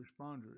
responders